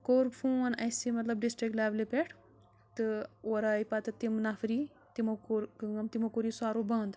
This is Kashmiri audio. کوٚر فون اَسہِ مطلب ڈِسٹِک لٮ۪ولہِ پٮ۪ٹھ تہٕ اور آے پَتہٕ تِم نَفری تِمو کوٚر کٲم تِمو کوٚر یہِ سرُپھ بنٛد